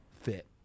fit